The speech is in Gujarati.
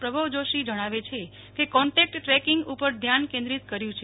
પર્ભવ જોશી જણાવે છે કે કોન્ટેકટ ટ્રેકિંગ ઉપર ધ્યાન કેન્દ્રિત કર્યું છે